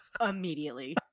immediately